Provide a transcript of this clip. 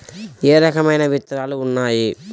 ఏ రకమైన విత్తనాలు ఉన్నాయి?